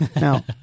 Now